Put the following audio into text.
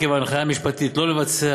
עקב ההנחיה המשפטית שלא לבצע,